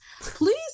please